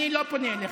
אני לא פונה אליך.